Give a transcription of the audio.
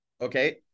Okay